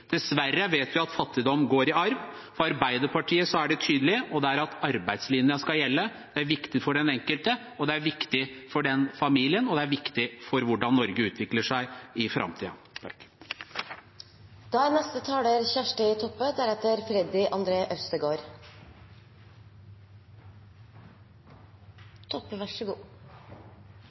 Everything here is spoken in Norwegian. Dessverre vet vi at fattigdom går i arv. For Arbeiderpartiet er det tydelig. Det er at arbeidslinjen skal gjelde. Det er viktig for den enkelte, det er viktig for familien, og det er viktig for hvordan Norge utvikler seg i framtiden. Takk for anledninga til å vera med i denne debatten. Familie- og barnepolitikk er